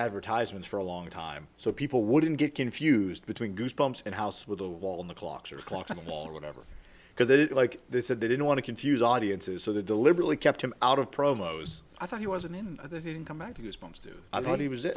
advertisements for a long time so people wouldn't get confused between goosebumps and house with the wall and the clocks or clocks on the wall or whatever because they didn't like they said they didn't want to confuse audiences so they deliberately kept him out of promos i thought he was in and they didn't come back to his mom's do i thought he was